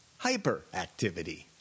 hyperactivity